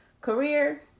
career